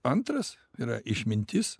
antras yra išmintis